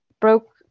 broke